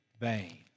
vain